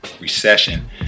recession